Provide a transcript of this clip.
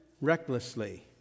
recklessly